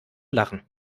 lachen